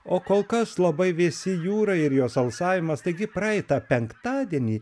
o kol kas labai vėsi jūra ir jos alsavimas taigi praeitą penktadienį